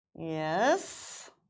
Yes